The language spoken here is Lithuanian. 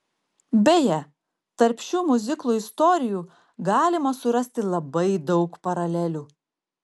beje tarp šių miuziklų istorijų galima surasti labai daug paralelių